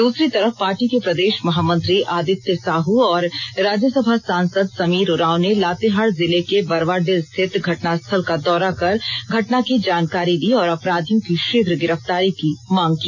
दूसरी तरफ पार्टी के प्रदेश महामंत्री आदित्य साहू और राज्यसभा सांसद समीर उरांव ने लातेहार जिले के बरवाडीह स्थित घटनास्थल का दौरा कर घटना की जानकारी ली और अपराधियों की शीघ्र गिरफ़तारी की मांग की